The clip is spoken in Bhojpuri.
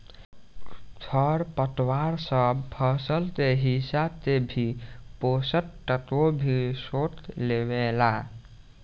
खर पतवार सब फसल के हिस्सा के भी पोषक तत्व भी सोख लेवेला